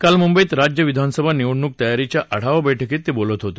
काल मुंबईत राज्य विधानसभा निवडणूक तयारीच्या आढावा बर्क्कीत ते बोलत होते